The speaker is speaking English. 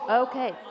okay